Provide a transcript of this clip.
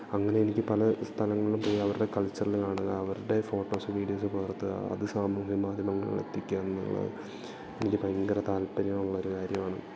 അങ്ങനെ എനിക്ക് പല സ്ഥലങ്ങളിലും പോയി അവരുടെ കൾച്ചർ കാണുക അവരുടെ ഫോട്ടോസ്സും വീഡിയോസ്സും പകർത്തുക അത് സാമൂഹ്യ മാധ്യമങ്ങളിൽ എത്തിക്കുക എന്നുള്ളത് എനിക്ക് ഭയങ്കര താല്പര്യമുള്ള ഒരു കാര്യവാണ്